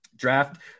Draft